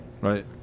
Right